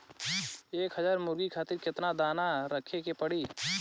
एक हज़ार मुर्गी खातिर केतना दाना रखे के पड़ी?